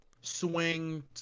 swing